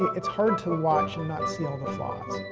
it's hard to watch and not see all the flaws.